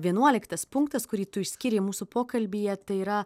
vienuoliktas punktas kurį tu išskyrei mūsų pokalbyje tai yra